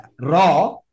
RAW